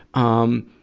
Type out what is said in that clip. um,